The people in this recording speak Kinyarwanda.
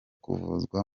kuvuzwa